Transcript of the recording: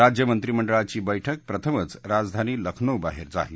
राज्य मंत्रिमंडळाची बैठक प्रथमच राजधानी लखनौबाहेर झाली